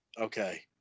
Okay